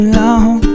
long